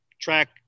track